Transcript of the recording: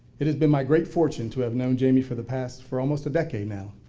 it has been my great fortune to have known jamie for the past, for almost a decade now.